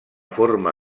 forma